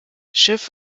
schiff